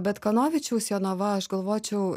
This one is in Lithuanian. bet kanovičiaus jonava aš galvočiau